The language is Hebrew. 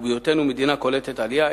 והיותנו מדינה קולטת עלייה,